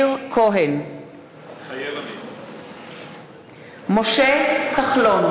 מתחייב אני משה כחלון,